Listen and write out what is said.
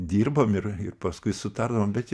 dirbom ir ir paskui sutardavom bet